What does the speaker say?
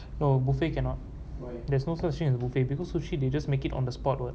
no buffet cannot there's no such thing as buffet because sushi they just make it on the spot what